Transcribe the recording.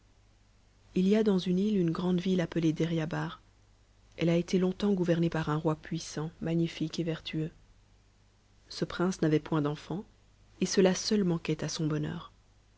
il y a dans une me une grande vitteappetée deryabar elle a été longtemps gouvernée par un roi puissant magnifique et vertueux ce prince n'avait point d'enfants et cetaseut manquait à son bonheur